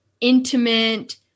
intimate